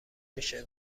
میشه